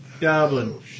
Goblin